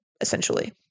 essentially